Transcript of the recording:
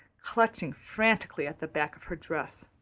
clutching frantically at the back of her dress.